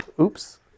Oops